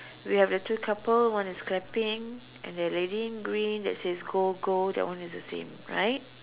we have that two couple one is clapping and they wearing green that says go go that one is the same right